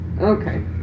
Okay